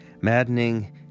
maddening